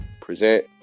present